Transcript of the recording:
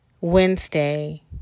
Wednesday